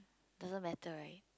doesn't matter right